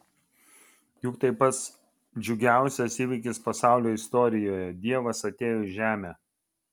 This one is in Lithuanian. juk tai pats džiugiausias įvykis pasaulio istorijoje dievas atėjo į žemę